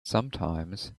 sometimes